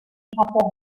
japón